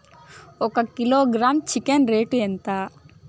ఒక kilogram chicken rate ఎంత?